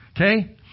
Okay